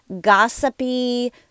gossipy